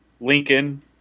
Lincoln